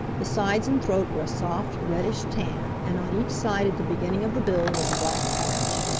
the sides and throat were a soft reddish-tan and on each side at the beginning of the bill was a black patch.